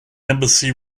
embassy